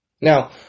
Now